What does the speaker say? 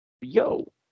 Yo